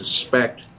suspect